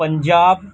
Punjab